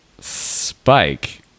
Spike